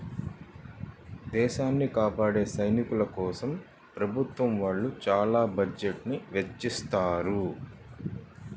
దేశాన్ని కాపాడే సైనికుల కోసం ప్రభుత్వం వాళ్ళు చానా బడ్జెట్ ని తెచ్చిత్తారు